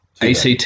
ACT